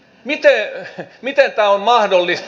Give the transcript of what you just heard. miten tämä on mahdollista